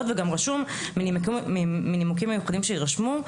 וגם רשום "מנימוקים מיוחדים שיירשמו",